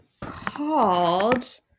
called